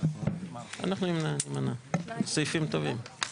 3 נמנעים,